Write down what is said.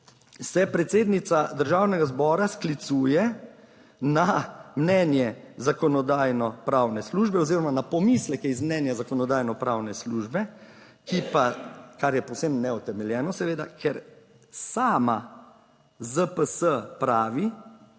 predsednica Državnega zbora sklicuje na mnenje Zakonodajno-pravne službe oziroma na pomisleke iz mnenja Zakonodajno-pravne službe, ki pa, kar je povsem neutemeljeno seveda, ker sama ZPS pravi,